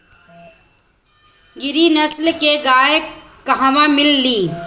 गिरी नस्ल के गाय कहवा मिले लि?